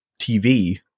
TV